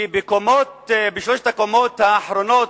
בשלוש הקומות האחרונות,